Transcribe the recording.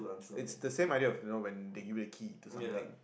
it's the same idea of you know when they give you a key to something